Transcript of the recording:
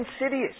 insidious